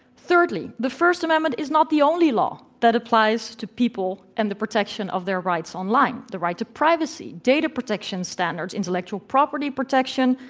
thirdly, the first amendment is not the only law that applies to people and the protection of their rights online. the rights of privacy, data protection standards, intellectual property protection,